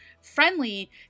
friendly